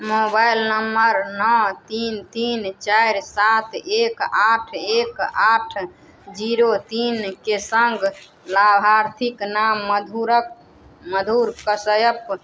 mobile number नओ तीन तीन चारि सात एक आठ एक आठ जीरो तीनके सङ्ग लाभार्थीके नाम मधुरक मधुर कश्यप